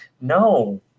No